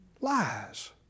Lies